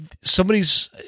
somebody's